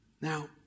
Now